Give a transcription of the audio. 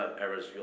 errors